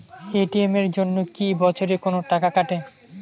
ATM এর জন্যে কি বছরে কোনো টাকা কাটে?